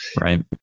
Right